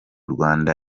rwanda